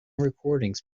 recordings